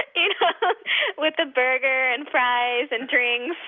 and and but with a burger and fries and drinks.